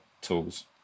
tools